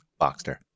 Boxster